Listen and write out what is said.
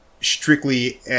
strictly